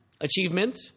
achievement